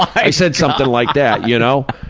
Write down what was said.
i said something like that, you know?